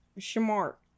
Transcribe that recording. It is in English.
Smart